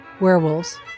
Werewolves